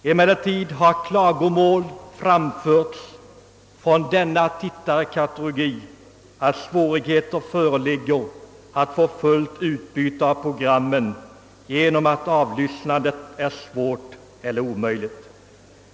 Emellertid har klagomål framförts från denna tittarkategori att svårigheter föreligger att få fullt utbyte av programmen, därför att avlyssnandet är svårt eller omöjligt.